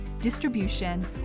distribution